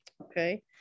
okay